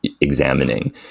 examining